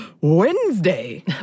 Wednesday